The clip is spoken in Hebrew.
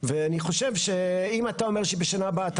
ואני חושב שאם אתה אומר שבשנה הבאה אתה